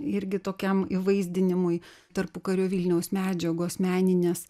irgi tokiam įvaizdinimui tarpukario vilniaus medžiagos meninės